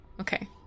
Okay